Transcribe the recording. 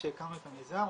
כשהקמנו את המיזם,